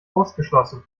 ausgeschlossen